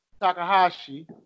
Takahashi